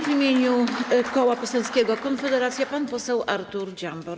W imieniu Koła Poselskiego Konfederacja pan poseł Artur Dziambor.